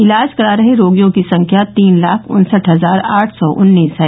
इलाज करा रहे रोगियों की संख्या तीन लाख उन्सठ हजार आठ सौ उन्नीस है